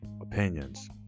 opinions